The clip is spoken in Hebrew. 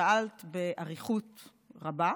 שאלת באריכות רבה.